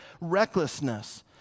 recklessness